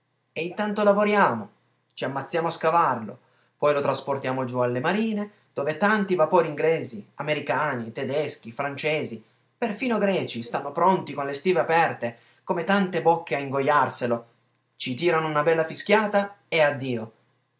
e intanto lavoriamo ci ammazziamo a scavarlo poi lo trasportiamo giù alle marine dove tanti vapori inglesi americani tedeschi francesi perfino greci stanno pronti con le stive aperte come tante bocche a ingojarselo ci tirano una bella fischiata e addio